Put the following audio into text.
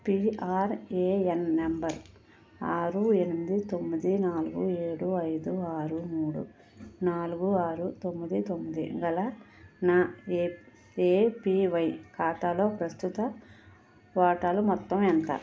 PRAN number ఆరు ఎనిమిది తొమ్మిది నాలుగు ఏడు ఐదు ఆరు మూడు నాలుగు ఆరు తొమ్మిది తొమ్మిది గల నా ఏ ఏపీవై ఖాతాలో ప్రస్తుత వాటాలు మొత్తం ఎంత